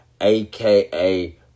aka